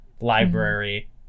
library